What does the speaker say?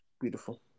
Beautiful